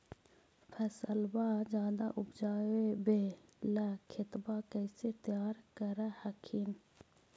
फसलबा ज्यादा उपजाबे ला खेतबा कैसे तैयार कर हखिन?